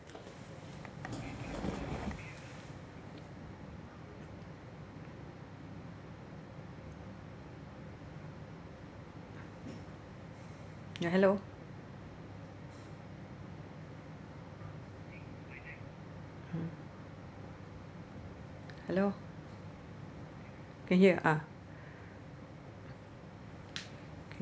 ya hello mm hello can hear ah